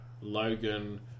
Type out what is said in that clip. Logan